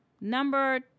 Number